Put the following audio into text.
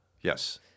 Yes